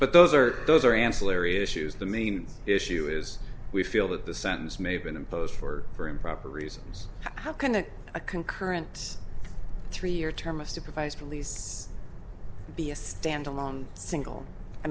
but those are those are ancillary issues the main issue is we feel that the sentence may have been imposed for very improper reasons how kind of a concurrent three year term a supervised release be a standalone single i